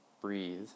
breathe